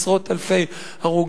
עשרות אלפי הרוגים,